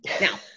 Now